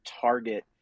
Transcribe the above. Target